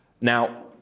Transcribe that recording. Now